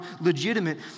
legitimate